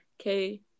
okay